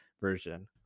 version